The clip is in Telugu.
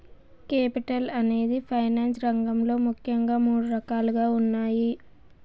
కేపిటల్ అనేది ఫైనాన్స్ రంగంలో ముఖ్యంగా మూడు రకాలుగా ఉన్నాయి